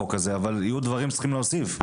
אבל יהיו דברים שצריכים להוסיף.